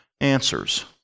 answers